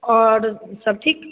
आओर सभ ठीक